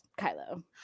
Kylo